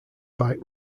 bike